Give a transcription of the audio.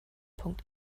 punkt